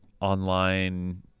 online